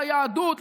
ליהדות,